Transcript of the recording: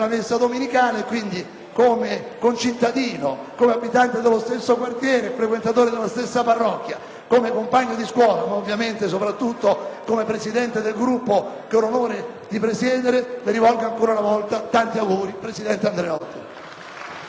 come concittadino, come abitante dello stesso quartiere e frequentatore della stessa parrocchia, come compagno di scuola ma, ovviamente, soprattutto, come Presidente del Gruppo che ho l'onore di presiedere, le rivolgo ancora una volta tanti auguri, presidente Andreotti.